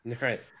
Right